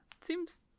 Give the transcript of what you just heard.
seems